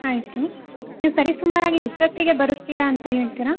ಆಯಿತು ನೀವು ಸರಿಸುಮಾರಾಗಿ ಎಷ್ಟೊತ್ತಿಗೆ ಬರುತ್ತೀರಿ ಅಂತ ಹೇಳ್ತೀರಾ